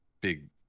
big